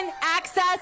access